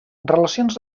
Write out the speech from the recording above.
relacions